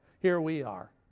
here we are.